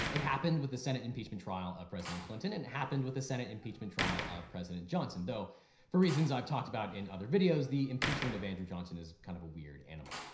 it happened with the senate impeachment trial of president clinton and happened with the senate impeachment trial of president johnson, though for reasons i've talked about in other videos the impeachment of andrew johnson is kind of a weird animal.